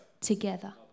together